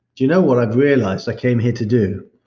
do you know what i realized i came here to do?